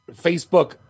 facebook